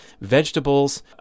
vegetables